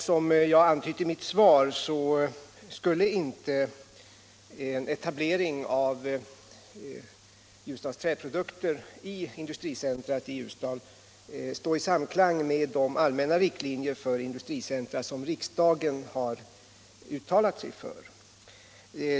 Som jag antytt i mitt svar skulle inte en etablering av Ljusdals Träprodukter i industricentret i Ljusdal stå i samklang med de allmänna riktlinjer för industricentra som riksdagen har uttalat sig för.